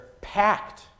packed